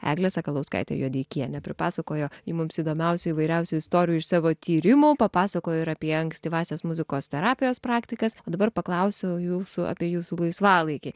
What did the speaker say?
eglė sakalauskaitė juodeikienė pripasakojo ji mums įdomiausių įvairiausių istorijų iš savo tyrimų papasakojo ir apie ankstyvąsias muzikos terapijos praktikas o dabar paklausiu jūsų apie jūsų laisvalaikį